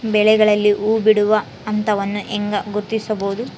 ಬೆಳೆಗಳಲ್ಲಿ ಹೂಬಿಡುವ ಹಂತವನ್ನು ಹೆಂಗ ಗುರ್ತಿಸಬೊದು?